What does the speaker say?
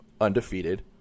undefeated